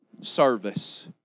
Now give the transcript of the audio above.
Service